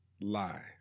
lie